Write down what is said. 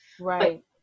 right